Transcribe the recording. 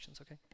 okay